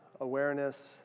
awareness